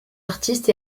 artiste